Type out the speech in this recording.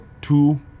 two